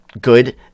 good